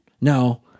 No